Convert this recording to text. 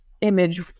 image